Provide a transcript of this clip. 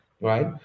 right